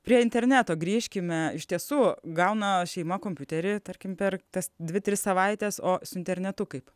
prie interneto grįžkime iš tiesų gauna šeima kompiuterį tarkim per tas dvi tris savaites o su internetu kaip